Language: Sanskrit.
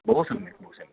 बहु सम्यक् बहु सम्यक्